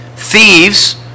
Thieves